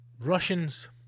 Russians